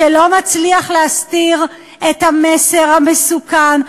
שלא מצליח להסתיר את המסר המסוכן,